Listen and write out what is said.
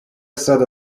сада